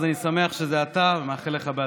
אז אני שמח שזה אתה ומאחל לך בהצלחה.